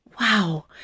Wow